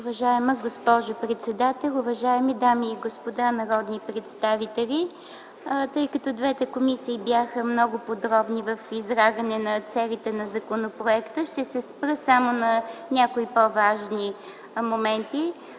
Уважаема госпожо председател, уважаеми дами и господа народни представители! Тъй като двете комисии бяха много подробни в излагане целите на законопроекта, ще се спра само на някои по-важни моменти.